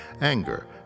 Anger